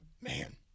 man